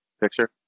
picture